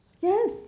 yes